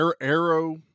Arrow